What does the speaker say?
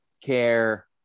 care